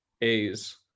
A's